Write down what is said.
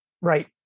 Right